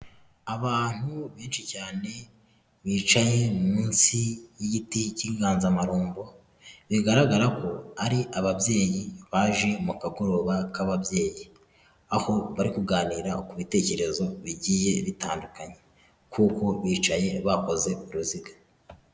Abantu benshi cyane bicaye munsi y'igiti cy'inganzamarumbo, bigaragara ko ari ababyeyi baje mu kagoroba k'ababyeyi, aho bari kuganira ku bitekerezo bigiye bitandukanye kuko bicaye bakoze uruziga.